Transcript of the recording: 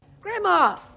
Grandma